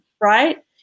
Right